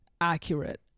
accurate